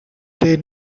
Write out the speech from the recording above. they